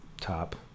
top